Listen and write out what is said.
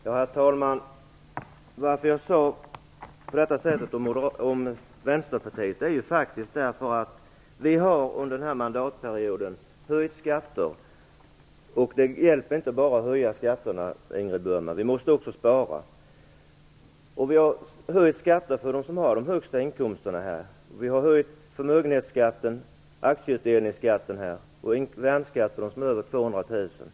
Herr talman! Anledning till att jag sade det som jag sade om Vänsterpartiet var att vi under den här mandatperioden har höjt skatter men att det inte räcker med detta - vi måste också spara. Vi har höjt skatter för dem som har de högsta inkomsterna, förmögenhetsskatten och aktieutdelningsskatten och infört värnskatten för dem som tjänar över 200 000 kr.